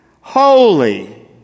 holy